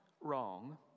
wrong